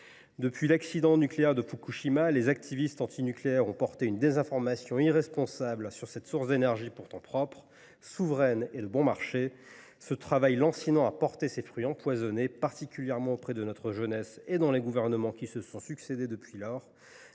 Depuis l’accident nucléaire de Fukushima, les activistes antinucléaires ont répandu une désinformation irresponsable sur cette source d’énergie pourtant propre, souveraine et bon marché. Ce travail lancinant a porté ses fruits empoisonnés, particulièrement auprès de notre jeunesse et au sein des gouvernements qui se sont succédé depuis lors.